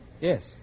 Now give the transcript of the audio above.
Yes